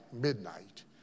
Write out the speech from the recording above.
midnight